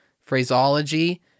phraseology